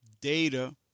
data